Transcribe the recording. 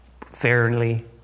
fairly